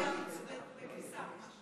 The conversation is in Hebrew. ארבע שנים היה הערוץ בקריסה ממש.